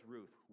Ruth